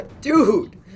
Dude